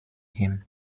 him